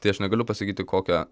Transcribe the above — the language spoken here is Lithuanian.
tai aš negaliu pasakyti kokią